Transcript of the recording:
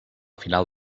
final